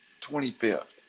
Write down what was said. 25th